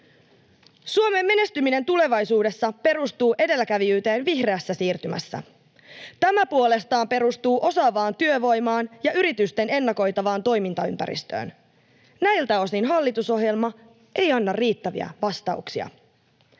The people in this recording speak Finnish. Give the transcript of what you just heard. Suomen menestyminen tulevaisuudessa perustuu edelläkävijyyteen vihreässä siirtymässä. Tämä puolestaan perustuu osaavaan työvoimaan ja yritysten ennakoitavaan toimintaympäristöön. Näiltä osin hallitusohjelma ei anna riittäviä vastauksia.